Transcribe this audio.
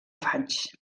faigs